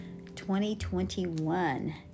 2021